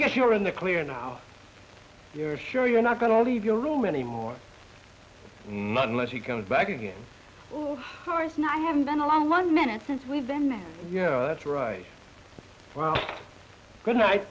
guess you're in the clear now you're sure you're not going to leave your room anymore not unless he comes back again oh sorry not have been a long one minute since we've been yeah that's right well good night